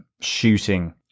shooting